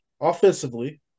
offensively